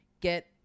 get